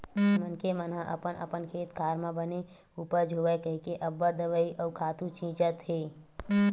मनखे मन ह अपन अपन खेत खार म बने उपज होवय कहिके अब्बड़ दवई अउ खातू छितत हे